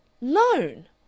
Loan